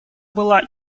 была